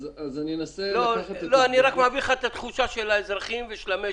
אני רק מעביר לך את התחושה של האזרחים ושל המשק.